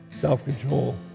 Self-control